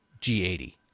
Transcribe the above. G80